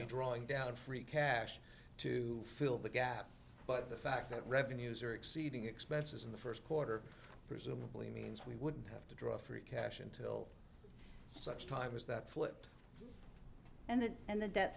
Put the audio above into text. be drawing down our free cash to fill the gap but the fact that revenues are exceeding expenses in the first quarter presumably means we wouldn't have to draw free cash until such time as that flipped and that and the debt